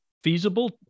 feasible